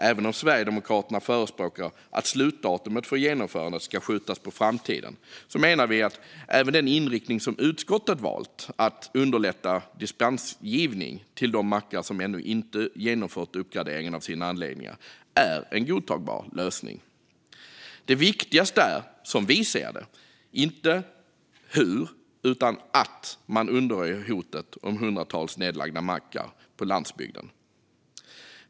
Även om Sverigedemokraterna förespråkar att slutdatumet för genomförandet ska skjutas på framtiden menar vi att även den inriktning som utskottet valt, att underlätta dispensgivning till de mackar som ännu inte genomfört uppgraderingen av sina anläggningar, är en godtagbar lösning. Det viktigaste är, som vi ser det, inte hur man undanröjer hotet om hundratals nedlagda mackar på landsbygden utan att man gör det.